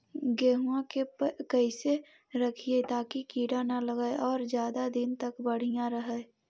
गेहुआ के कैसे रखिये ताकी कीड़ा न लगै और ज्यादा दिन तक बढ़िया रहै?